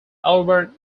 albarn